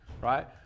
right